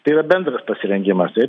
tai yra bendras pasirengimas